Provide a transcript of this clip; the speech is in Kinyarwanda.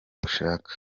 ushaka